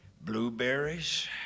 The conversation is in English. blueberries